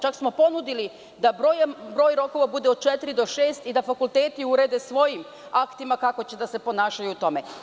Čak smo ponudili da broj rokova bude od četiri do šest i da fakulteti urede svojim aktima kako će da se ponašaju u tome.